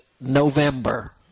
November